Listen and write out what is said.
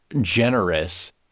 generous